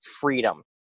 freedom